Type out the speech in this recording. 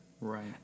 Right